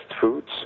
foods